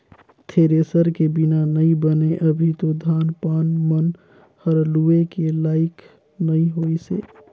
thresher के बिना नइ बने अभी तो धान पान मन हर लुए के लाइक नइ होइसे